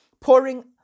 pouring